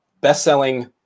best-selling